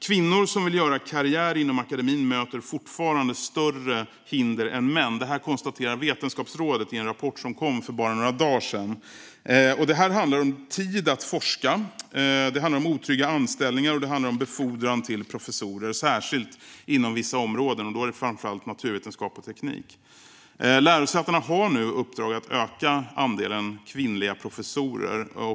Kvinnor som vill göra karriär inom akademin möter fortfarande större hinder än män. Det konstaterar Vetenskapsrådet i en rapport som kom för bara några dagar sedan. Det handlar om tid att forska, om otrygga anställningar och om befordran till professor särskilt inom vissa områden, framför allt naturvetenskap och teknik. Lärosätena har nu uppdrag att öka andelen kvinnliga professorer.